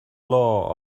law